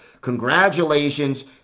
congratulations